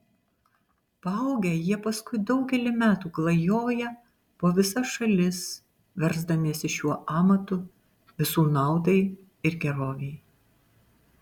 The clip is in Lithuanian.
paaugę jie paskui daugelį metų klajoja po visas šalis versdamiesi šiuo amatu visų naudai ir gerovei